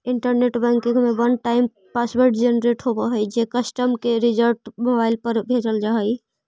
internet banking में one time password generate होवऽ हइ जे कस्टमर के रजिस्टर्ड मोबाइल पर भेजल जा हइ